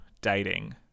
dating